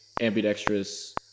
ambidextrous